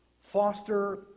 Foster